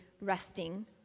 resting